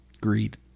Greed